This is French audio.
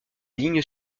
lignes